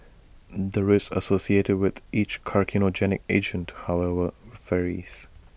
the risk associated with each carcinogenic agent however varies